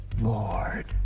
Lord